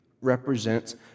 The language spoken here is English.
represents